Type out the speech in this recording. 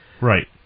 Right